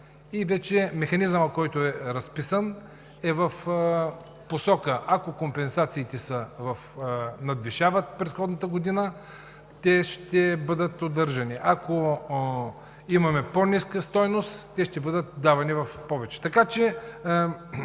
Механизмът, който е разписан, е в посоката – ако компенсациите надвишават предходната година, те ще бъдат удържани, ако имаме по-ниска стойност, те ще бъдат давани в повече,